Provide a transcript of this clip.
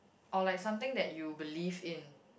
or like something that you believe in